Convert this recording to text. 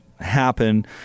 happen